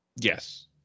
Yes